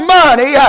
money